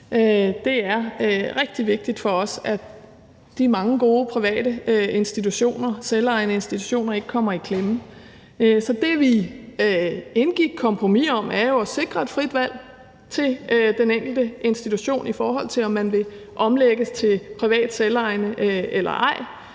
Det er rigtig vigtigt for os, at de mange gode private institutioner, selvejende institutioner ikke kommer i klemme. Så det, som vi indgik et kompromis om, var jo at sikre et frit valg til den enkelte institution, i forhold til om man vil omlægges til privat, selvejende eller ej,